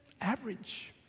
average